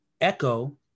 Echo